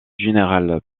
général